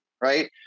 right